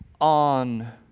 on